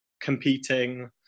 competing